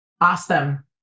Awesome